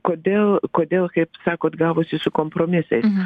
kodėl kodėl kaip sakot gavosi su kompromisais